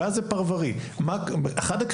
איזשהו בירור עובדתי מה המשמעות של הדבר הזה,